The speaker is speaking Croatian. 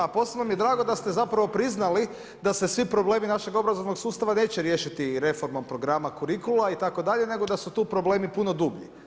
A posebno mi je drago, da ste zapravo priznali, da se svi problemi našeg obrazovnog sustava, neće riješiti reformom programa kurikula itd. nego da su tu problemi puno dublji.